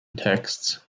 texts